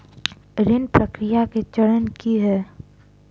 ऋण प्रक्रिया केँ चरण की है?